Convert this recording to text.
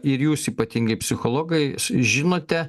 ir jūs ypatingai psichologai žinote